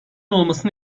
olmasını